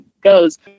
goes